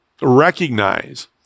recognize